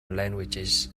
languages